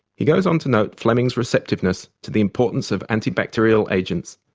he goes on to note fleming's receptiveness to the importance of antibacterial agents,